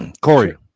Corey